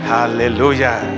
Hallelujah